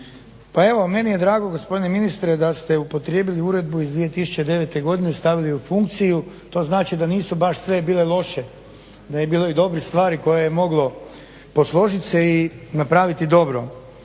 Pa evo meni je drago gospodine ministre da ste upotrijebili Uredbu iz 2009. godine, stavili u funkciju. To znači da nisu baš sve bile loše, da je bilo i dobrih stvari koje je moglo posložit se i napraviti dobro.